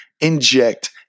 inject